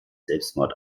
selbstmord